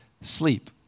sleep